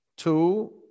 Two